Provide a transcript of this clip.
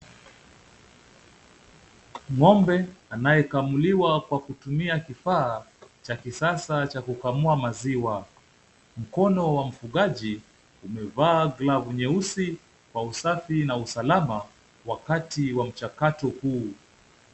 Ng'ombe anayekamuliwa kwa kutumia kifaa cha kisasa cha kukamua maziwa. Mkono wa mfugaji umevaa glavu nyeusi kwa usafi na usalama wakati wa mchakato huu.